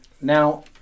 Now